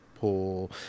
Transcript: pull